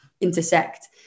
intersect